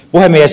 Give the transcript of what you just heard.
puhemies